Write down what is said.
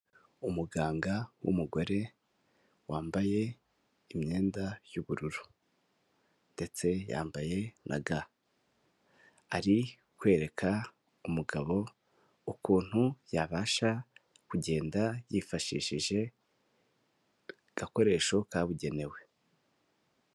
Umuganga w'umugore wambaye imyenda y'ubururu ndetse yambaye na ga, ari kwereka umugabo ukuntu yabasha kugenda yifashishije agakoresho kabugenewe.